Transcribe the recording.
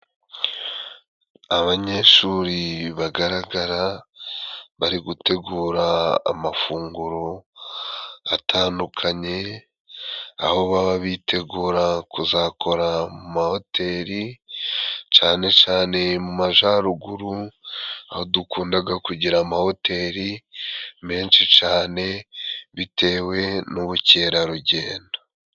Abanyeshuri bagaragara，bari gutegura amafunguro atandukanye， aho baba bitegura kuzakora mu mahoteri，cane cane mu majaruguru aho dukundaga kugira amahoteri menshi cane， bitewe n'ubukerarugendo.